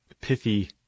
pithy